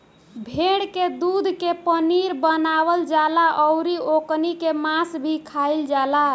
भेड़ के दूध के पनीर बनावल जाला अउरी ओकनी के मांस भी खाईल जाला